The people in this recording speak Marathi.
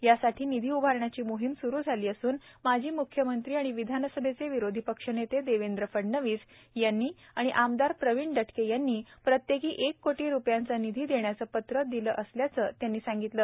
यासाठीनिधीउभारण्याचीमोहीमस्रूझालीअसूनमाजीमुख्यमंत्रीआणिविधानसभेचेविरोधीप क्षनेतेदेवेंद्रफडणवीसयांनीआणिआमदारप्रवीणदटकेयांनीप्रत्येकी कोटीरुपयांचानिधीदेण्याचेपत्रदिलेअसण्याचेत्यांनीसांगितले